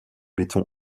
béton